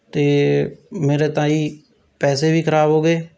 ਅਤੇ ਮੇਰੇ ਤਾਂ ਜੀ ਪੈਸੇ ਵੀ ਖਰਾਬ ਹੋ ਗਏ